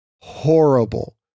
horrible